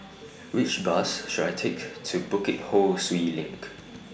Which Bus should I Take to Bukit Ho Swee LINK